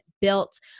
built